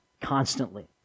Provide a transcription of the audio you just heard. constantly